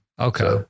Okay